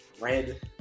Red